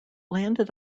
landed